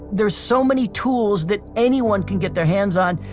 there's so many tools that anyone can get their hands on.